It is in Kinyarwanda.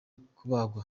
kubagwa